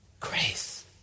Grace